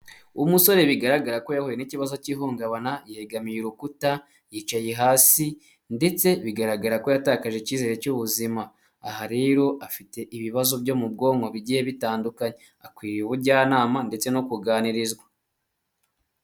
Umusore bigaragara ko yahuye n'ikibazo cy'ihungabana yegamiye urukuta, yicaye hasi ndetse bigaragara ko yatakaje icyizere cy'ubuzima, aha rero afite ibibazo byo mu bwonko bigiye bitandukanye akwiriye ubujyanama ndetse no kuganirizwa.